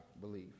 believe